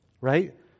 right